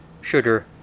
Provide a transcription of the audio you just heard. sugar